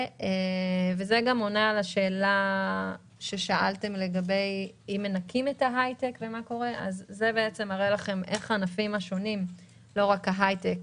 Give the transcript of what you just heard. זה גם עונה על השאלה ששאלתם לגבי מה קורה אם מנכים את ההייטק.